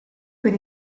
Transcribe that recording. per